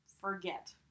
forget